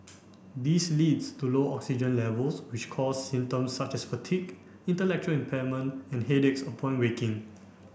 this leads to low oxygen levels which cause symptoms such as fatigue intellectual impairment and headaches upon waking